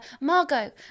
Margot